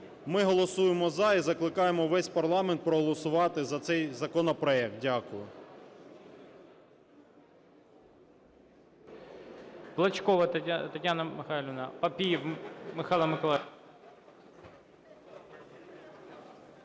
Ми голосуємо – за. І закликаємо весь парламент проголосувати за цей законопроект. Дякую.